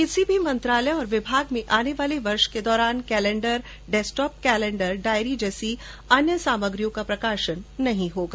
किसी भी मंत्रालय और विभाग में आने वाले वर्ष के दौरान कैलेंडरडेस्कटॉप कैलेंडर डायरी जैसी अन्य सामग्री काप्रकाशन नहीं होगा